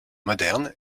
moderne